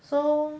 so